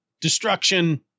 destruction